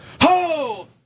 ho